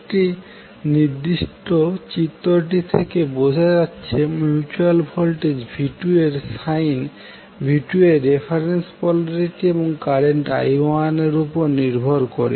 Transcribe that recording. এই নির্দৃষ্ট চিত্রটি থেকে বোঝা যাচ্ছে মিউচুয়াল ভোল্টেজ v2এর সাইন v2 এর রেফারেন্স পোলারিটির এবং কারেন্ট i1 উপর নির্ভর করে